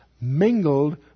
mingled